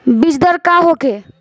बीजदर का होखे?